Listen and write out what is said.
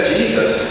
Jesus